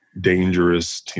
dangerous